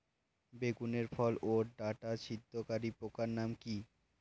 বেগুনের ফল ওর ডাটা ছিদ্রকারী পোকার নাম কি?